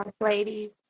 ladies